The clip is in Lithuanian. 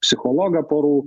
psichologą porų